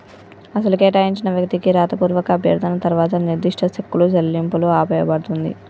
అసలు కేటాయించిన వ్యక్తికి రాతపూర్వక అభ్యర్థన తర్వాత నిర్దిష్ట సెక్కులు చెల్లింపులు ఆపేయబడుతుంది